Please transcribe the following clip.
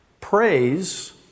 praise